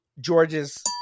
George's